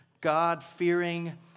God-fearing